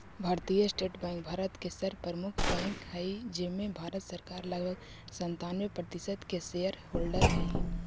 भारतीय State Bank Bharat के सर्व प्रमुख बैंक हइ जेमें भारत सरकार लगभग सन्तानबे प्रतिशत के शेयर होल्डर हइ